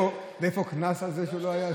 ואיפה קנס על זה שהוא לא היה?